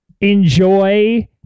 enjoy